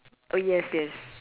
oh yes yes